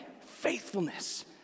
faithfulness